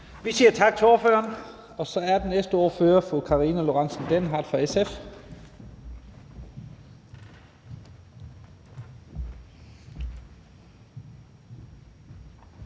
Vi siger tak til ordføreren. Så er den næste ordfører fru Karina Lorentzen Dehnhardt fra SF.